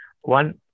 One